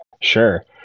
sure